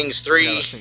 three